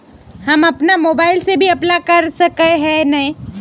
अपन मोबाईल से भी अप्लाई कर सके है नय?